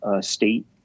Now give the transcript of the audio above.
state